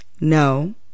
No